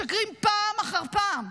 משקרים פעם אחר פעם.